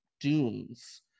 Dunes